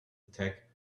attack